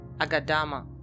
Agadama